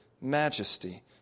majesty